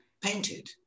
painted